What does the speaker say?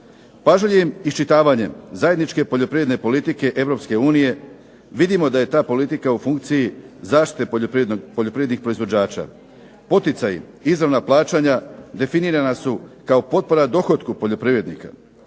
Pažljivim iščitavanjem zajedničke poljoprivredne politike Europske unije vidimo da je ta politika u funkciji zaštite poljoprivrednih proizvođača. Poticaji, izravna plaćanja definirana su kao potpora dohotku poljoprivrednika.